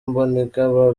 mbonigaba